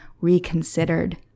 reconsidered